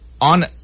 on